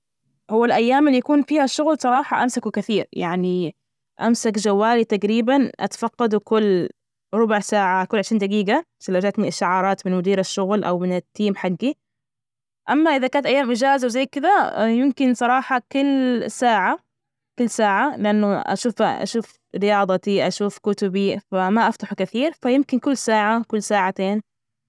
هو الأيام اللي يكون فيها شغل، صراحة أمسكه كثير، يعني أمسك جوالي تجريبا أتفقده كل ربع ساعة، كل عشرين دجيجة، ليش تكون جتلى إشعارات من مدير الشغل أو من التيم حجي. أما إذا كانت أيام إجازة وزي كده، يمكن صراحة كل ساعة كل ساعة، لأنه أشوف- أشوف رياضتي أشوف كتبي فما أفتحه كثير، فيمكن كل ساعة كل ساعتين.